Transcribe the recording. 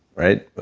right?